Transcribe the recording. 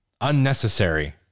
unnecessary